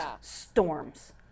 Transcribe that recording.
storms